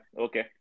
Okay